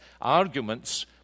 arguments